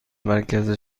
مرکز